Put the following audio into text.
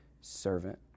servant